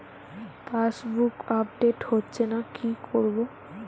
Passbook update হচ্ছেনা কি করবো?